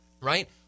right